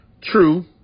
True